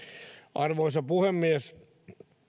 arvoisa puhemies